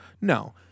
No